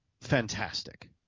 fantastic